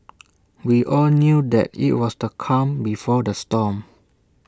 we all knew that IT was the calm before the storm